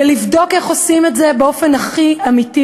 לבדוק איך עושים את זה באופן הכי אמיתי,